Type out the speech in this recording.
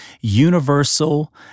universal